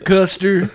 Custer